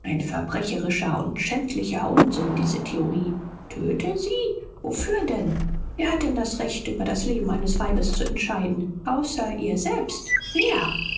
ein verbrecherischer und schändlicher unsinn diese theorie töte sie wofür denn wer hat denn das recht über das leben eines weibes zu entscheiden außer ihr selbst wer